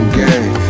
gang